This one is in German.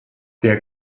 der